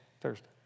Thursday